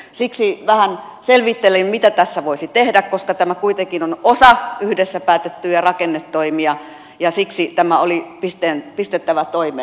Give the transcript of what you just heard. siksi vähän selvittelin mitä tässä voisi tehdä koska tämä kuitenkin on osa yhdessä päätettyjä rakennetoimia ja siksi tämä oli pistettävä toimeen